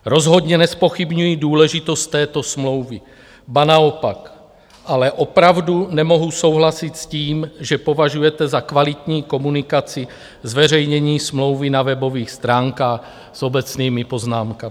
Rozhodně nezpochybňuji důležitost této smlouvy, ba naopak, ale opravdu nemohu souhlasit s tím, že považujete za kvalitní komunikaci zveřejnění smlouvy na webových stránkách s obecnými poznámkami.